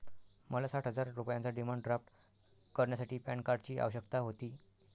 मला साठ हजार रुपयांचा डिमांड ड्राफ्ट करण्यासाठी पॅन कार्डची आवश्यकता होती